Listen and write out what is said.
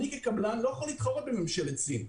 אני כקבלן לא יכול להתחרות בממשלת סין.